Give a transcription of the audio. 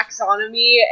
taxonomy